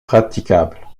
praticable